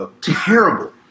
terrible